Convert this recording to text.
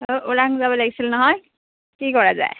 অঁ ওৰাং যাব লাগিছিল নহয় কি কৰা যায়